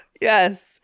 yes